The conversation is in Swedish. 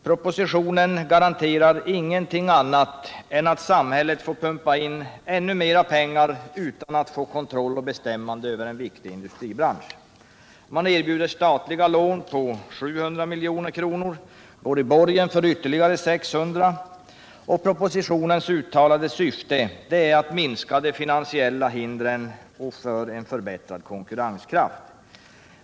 Propositionen garanterar ingenting annat än att samhället får pumpa in ännu mer pengar utan att få kontroll och bestämmande över en viktig industribransch. Man erbjuder statliga lån på 700 milj.kr. och går i borgen för ytterligare 600. Propositionens uttalade syfte är att minska de finansiella hindren för en förbättrad konkurrenskraft.